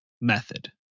method